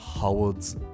howard's